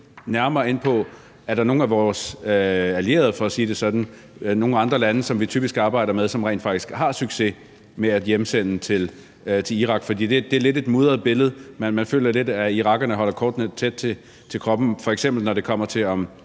nærmere ind på, om der er nogen af vores allierede, for at sige det sådan, altså nogle andre lande, som vi typisk arbejder med, som rent faktisk har succes med at hjemsende til Irak? For det er lidt et mudret billede. Man føler lidt, at irakerne holder kortene tæt ind til kroppen, f.eks. når det kommer til